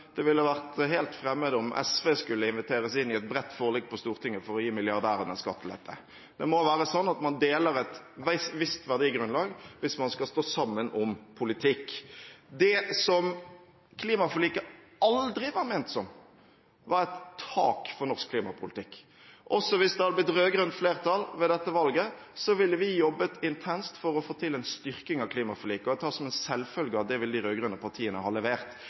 det ville ha vært helt fremmed om SV skulle inviteres inn i et bredt forlik på Stortinget for å gi milliardærene skattelette. Det må være sånn at man deler et visst verdigrunnlag hvis man skal stå sammen om politikk. Det som klimaforliket aldri var ment som, var et tak for norsk klimapolitikk. Også hvis det hadde blitt rød-grønt flertall ved dette valget, ville vi jobbet intenst for å få til en styrking av klimaforliket, og jeg tar som en selvfølge at det ville de rød-grønne partiene ha levert.